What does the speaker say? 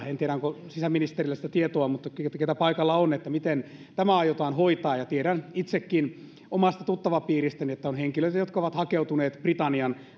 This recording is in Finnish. en tiedä onko sisäministerillä siitä tietoa tai niillä keitä paikalla on miten tämä aiotaan hoitaa tiedän itsekin omasta tuttavapiiristäni että on henkilöitä jotka ovat hakeutuneet britannian